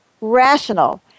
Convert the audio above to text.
rational